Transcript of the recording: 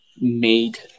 made